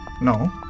No